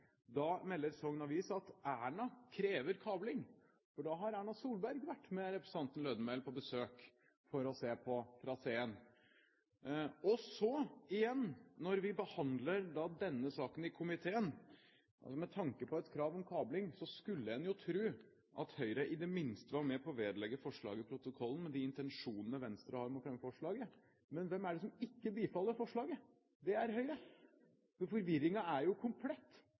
Da melder Sogn Avis: «Erna krev kabling», for da har Erna Solberg vært med representanten Lødemel på besøk for å se på traseen. Og så igjen: Når vi behandler denne saken i komiteen – med tanke på et krav om kabling skulle en jo tro at Høyre i det minste var med på å vedlegge forslaget protokollen, med de intensjonene Venstre har med å fremme forslaget – hvem er det som ikke bifaller forslaget? Det er Høyre. Forvirringen er jo komplett.